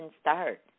start